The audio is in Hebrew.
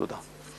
תודה.